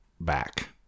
back